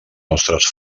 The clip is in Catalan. nostres